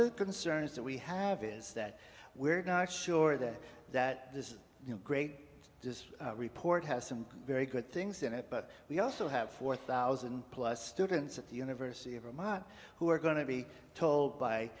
the concerns that we have is that we're not sure that that this great just report has some very good things in it but we also have four thousand plus students at the university of vermont who are going to be told by